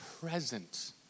present